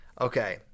Okay